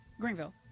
Greenville